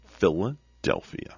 Philadelphia